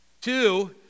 Two